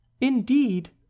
Indeed